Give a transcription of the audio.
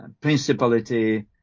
principality